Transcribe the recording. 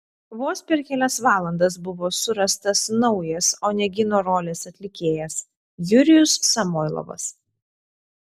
vos per kelias valandas buvo surastas naujas onegino rolės atlikėjas jurijus samoilovas